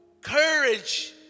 courage